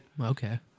Okay